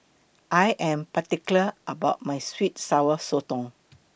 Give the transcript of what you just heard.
I Am particular about My Sweet and Sour Sotong